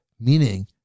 meaning